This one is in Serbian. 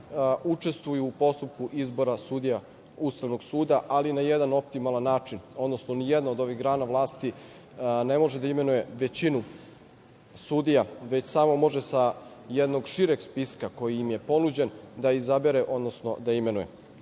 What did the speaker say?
učestvuju u postupku izbora sudija Ustavnog suda, ali na jedan optimalan način, odnosno ni jedna od ovih grana vlasti ne može da imenuje većinu sudija, već samo može sa jednog šireg spiska, koji im je ponuđen, da izabere odnosno da imenuje.